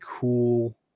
cool